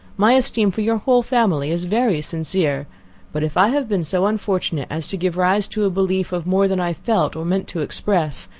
my esteem for your whole family is very sincere but if i have been so unfortunate as to give rise to a belief of more than i felt, or meant to express,